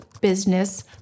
business